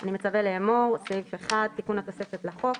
אני מצווה לאמור: תיקון התוספת לחוק1.